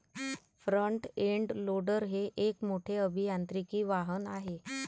front end loader हे एक मोठे अभियांत्रिकी वाहन आहे